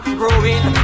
growing